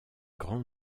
grand